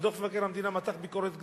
ודוח מבקר המדינה מתח ביקורת גדולה,